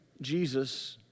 Jesus